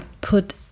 put